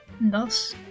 thus